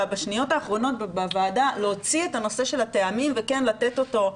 בשניות האחרונות בוועדה להוציא את הנושא של הטעמים וכן לתת אותו,